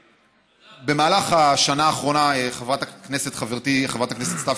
במהלך השנה האחרונה חברתי חברת הכנסת סתיו